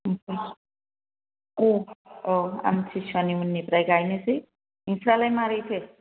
औ आमसिसुवानि उननिफ्राय गायनोसै नोंस्रालाय मारैथो